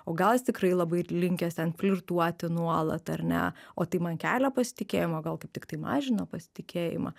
o gal jis tikrai labai linkęs ten flirtuoti nuolat ar ne o tai man kelia pasitikėjimą o gal kaip tiktai mažina pasitikėjimą